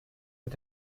mit